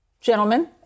Gentlemen